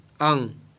ang